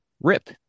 rip